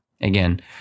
Again